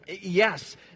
Yes